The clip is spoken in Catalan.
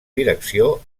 direcció